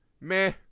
meh